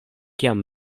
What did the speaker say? kiam